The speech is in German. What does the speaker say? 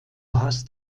hast